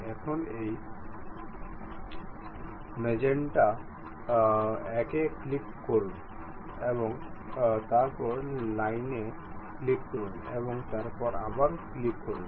এখন এই ম্যাজেন্টা একে ক্লিক করুন এবং তারপর লাইনে ক্লিক করুন এবং তারপর আবার ক্লিক করুন